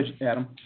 Adam